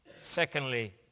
Secondly